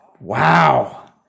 wow